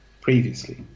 previously